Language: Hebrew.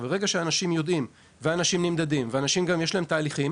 ברגע שאנשים יודעים, נמדדים, ויש להם תהליכים